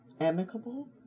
amicable